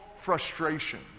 frustration